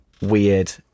weird